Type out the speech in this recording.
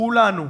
כולנו.